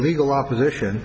legal opposition